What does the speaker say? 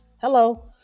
hello